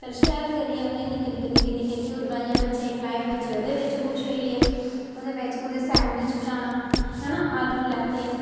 फेर शैल करियै उनेंगी निक्के निक्के निक्के घ्यूर बनाइयै बच्चें गी खलाए बच्चे ओह्दे च खुश होई गे ओह्दे बाद च कुदै सैंड बिच बनाना हैना आलू लैते